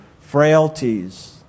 frailties